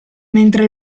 mentre